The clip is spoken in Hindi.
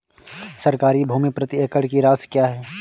सरकारी भूमि प्रति एकड़ की राशि क्या है?